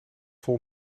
vol